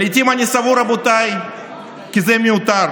אתם יודעים, אני מרכז הקואליציה בוועדת הכספים.